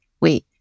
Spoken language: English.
wait